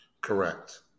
Correct